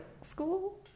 school